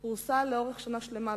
ה-60 תתפרס על שנה שלמה,